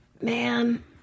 man